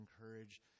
encourage